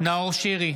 נאור שירי,